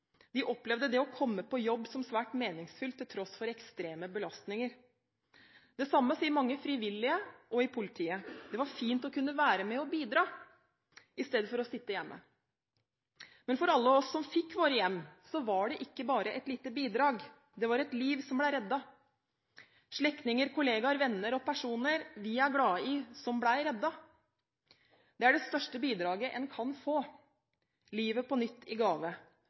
opplevde det å komme på jobb som svært meningsfylt, til tross for ekstreme belastninger. Det samme sier mange frivillige og i politiet – det var fint å kunne være med og bidra, i stedet for å sitte hjemme. Men for alle oss som fikk våre hjem, var det ikke bare et lite bidrag. Det var et liv som ble reddet – slektninger, kolleger, venner og personer vi er glad i, som ble reddet. Det er det største bidraget man kan få – livet på nytt i gave.